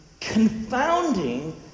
confounding